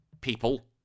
People